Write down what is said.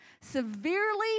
severely